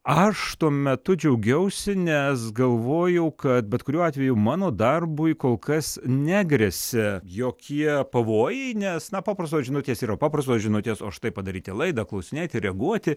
aš tuo metu džiaugiausi nes galvojau kad bet kuriuo atveju mano darbui kol kas negresia jokie pavojai nes na paprastos žinutės yra paprastos žinutės o štai padaryti laidą klausinėti reaguoti